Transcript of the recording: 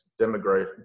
demographic